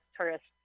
tourists